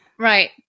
Right